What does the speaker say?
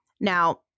Now